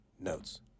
notes